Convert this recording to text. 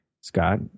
Scott